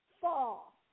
fall